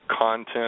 content